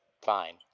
fine